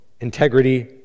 integrity